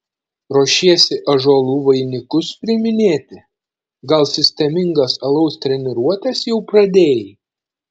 ruošiesi ąžuolų vainikus priiminėti gal sistemingas alaus treniruotes jau pradėjai